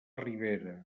ribera